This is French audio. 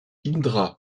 indra